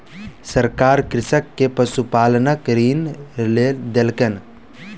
सरकार कृषक के पशुपालनक लेल ऋण देलकैन